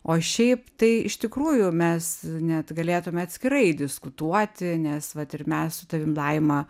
o šiaip tai iš tikrųjų mes net galėtume atskirai diskutuoti nes vat ir mes su tavim laima